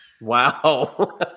Wow